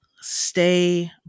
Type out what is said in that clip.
stay